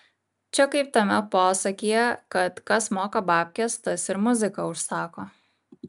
čia kaip tame posakyje kad kas moka babkes tas ir muziką užsako